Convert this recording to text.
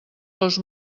los